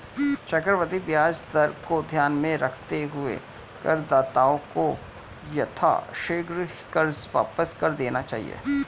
चक्रवृद्धि ब्याज दर को ध्यान में रखते हुए करदाताओं को यथाशीघ्र कर्ज वापस कर देना चाहिए